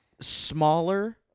smaller